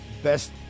Best